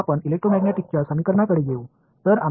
பின்னர் எலெக்ட்ரோமேக்னெட்டிக்ஸ் சமன்பாடுகளுக்கு வருவோம்